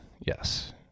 yes